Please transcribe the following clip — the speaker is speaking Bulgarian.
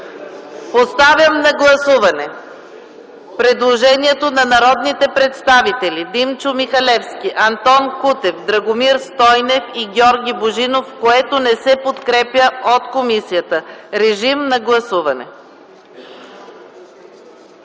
Поставям на гласуване предложението на народните представители Димчо Михалевски, Антон Кутев, Драгомир Стойнев и Георги Божинов, което не се подкрепя от комисията. Гласували